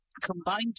Combined